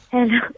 Hello